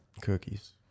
Cookies